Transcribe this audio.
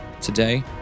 Today